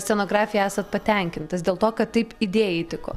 scenografija esat patenkintas dėl to kad taip idėjai tiko